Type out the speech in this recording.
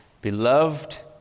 beloved